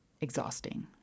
exhausting